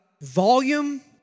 volume